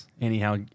Anyhow